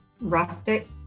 Rustic